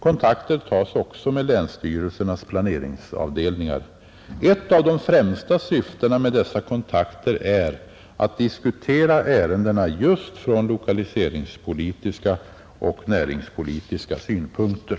Kontakter tas också med länsstyrelsernas planeringsavdelningar. Ett av de främsta syftena med dessa kontakter är att diskutera ärendena just från lokaliseringspolitiska och näringspolitiska synpunkter.